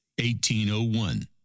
1801